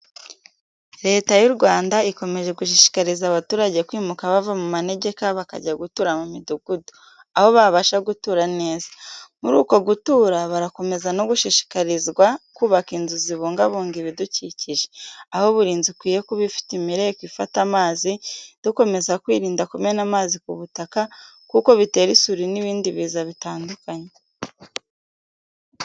Leta y’u Rwanda ikomeje gushishikariza abaturage kwimuka bava mu manegeka bakajya gutura mu midugudu, aho babasha gutura neza. Muri uko gutura, barakomeza no gushishikarizwa kubaka inzu zibungabunga ibidukikije, aho buri nzu ikwiye kuba ifite imireko ifata amazi, dukomeza kwirinda kumena amazi ku butaka kuko bitera isuri n’ibindi biza bitandukanye.